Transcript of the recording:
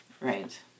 Right